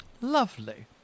Lovely